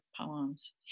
poems